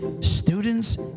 students